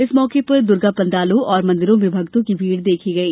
इस मौके पर दुर्गा पंडालो और मंदिरों में भक्तों की भीड़ देखी गई